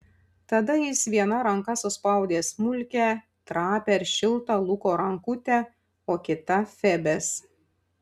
tada jis viena ranka suspaudė smulkią trapią ir šiltą luko rankutę o kita febės